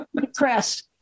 depressed